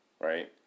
right